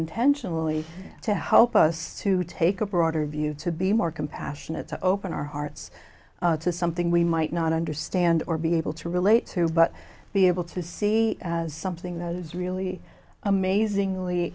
intentionally to help us to take a broader view to be more compassionate to open our hearts to something we might not understand or be able to relate to but be able to see as something that is really amazingly